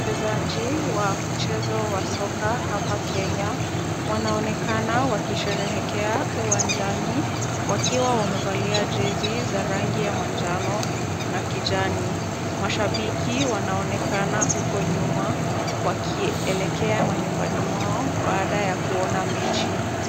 Wachezaji wa mchezo wa soka hapa Kenya wanaonekana wakisherehekea uwanjani, wakiwa wamevalia jezi za rangi ya manjano na kijani. Mashabiki wanaonekana huko nyuma, wakielekea manyumbani mwao baada ya kuona mechi.